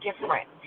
different